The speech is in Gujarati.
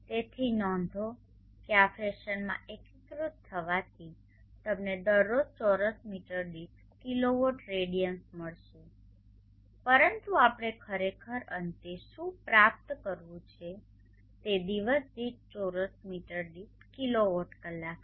તેથી નોંધો કે આ ફેશનમાં એકીકૃત થવાથી તમને દરરોજ ચોરસ મીટર દીઠ કિલોવોટ રેડિઅન્સ મળશે પરંતુ આપણે ખરેખર અંતે શું પ્રાપ્ત કરવું છે તે દિવસ દીઠ ચોરસ મીટર દીઠ કિલોવોટ કલાક છે